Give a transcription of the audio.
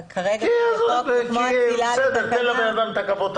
כי בסדר, תן לבן אדם את הכבוד.